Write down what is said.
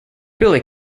billy